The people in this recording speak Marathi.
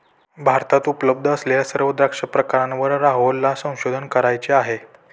भारतात उपलब्ध असलेल्या सर्व द्राक्ष प्रकारांवर राहुलला संशोधन करायचे आहे